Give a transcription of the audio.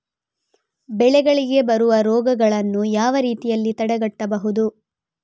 ಬೆಳೆಗಳಿಗೆ ಬರುವ ರೋಗಗಳನ್ನು ಯಾವ ರೀತಿಯಲ್ಲಿ ತಡೆಗಟ್ಟಬಹುದು?